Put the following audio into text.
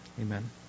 Amen